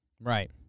Right